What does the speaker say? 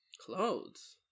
clothes